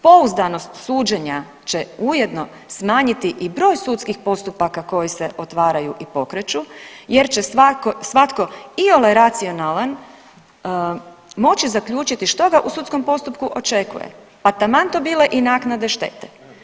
Pouzdanost suđenja će ujedno smanjiti i broj sudskih postupaka koji se otvaraju i pokreću jer će svatko iole racionalan moći zaključiti što ga u sudskom postupku očekuje, pa taman to bile i naknade štete.